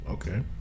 Okay